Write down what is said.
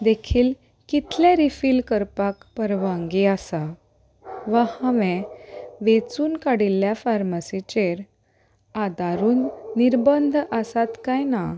देखील कितलें रिफील करपाक परवांगी आसा वा हांवें वेंचून काडिल्ल्या फार्मसीचेर आदारून निर्बंद आसात काय ना